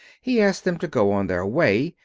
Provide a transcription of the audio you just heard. he asked them to go on their way,